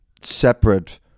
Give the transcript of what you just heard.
separate